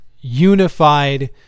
unified